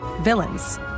villains